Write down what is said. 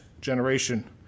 generation